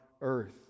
earth